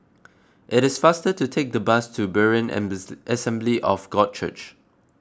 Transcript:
it is faster to take the bus to Berean Assembly of God Church